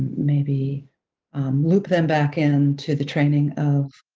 maybe loop them back into the training of